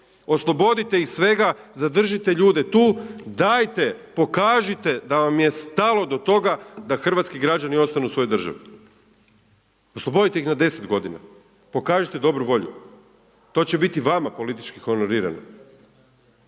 Oslobodite ih svega, zadržite ljude tu, dajte pokažite da vam je stalo do toga da hrvatski građani ostanu u svojoj državi. Oslobodite ih na 10 godina, pokažite dobru volju. To će biti vama politički honorirano.